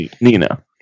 Nina